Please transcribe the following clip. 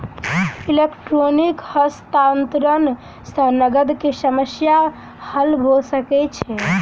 electronic हस्तांतरण सॅ नकद के समस्या हल भ सकै छै